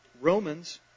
Romans